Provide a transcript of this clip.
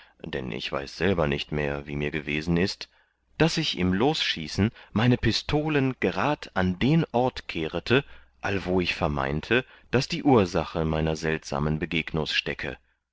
dann ich weiß selber nicht mehr wie mir gewesen ist daß ich im losschießen meine pistolen gerad an den ort kehrete allwo ich vermeinte daß die ursache meiner seltsamen begegnus stecke